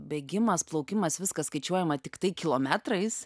bėgimas plaukimas viskas skaičiuojama tiktai kilometrais